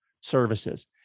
services